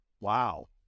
Wow